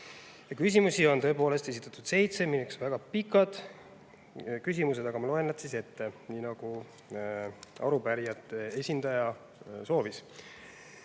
Küsimusi on tõepoolest esitatud seitse, need on väga pikad küsimused, aga ma loen nad ette, nii nagu arupärijate esindaja